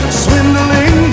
swindling